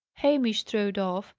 hamish strode off,